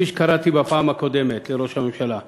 כפי שקראתי בפעם הקודמת לראש הממשלה,